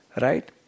right